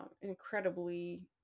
incredibly